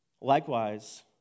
Likewise